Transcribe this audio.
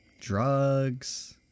drugs